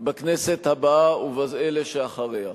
בכנסת הבאה ובאלה שאחריה.